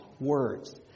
words